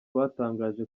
batangaje